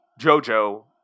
Jojo